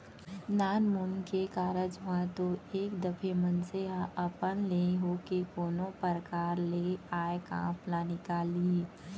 नानमुन के कारज म तो एक दफे मनसे ह अपन ले होके कोनो परकार ले आय काम ल निकाल लिही